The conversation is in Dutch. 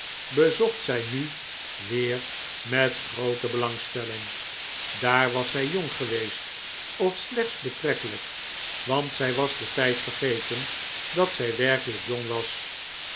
bezocht zij nu weer met groote belangstelling daar was zij jong geweest of slechts betrekkelijk want zij was den tijd vergeten dat zij werkelijk jong was